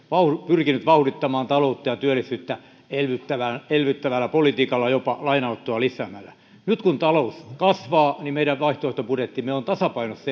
pyrkinyt vauhdittamaan taloutta ja työllisyyttä elvyttävällä elvyttävällä politiikalla ja jopa lainanottoa lisäämällä nyt kun talous kasvaa meidän vaihtoehtobudjettimme on tasapainossa eikä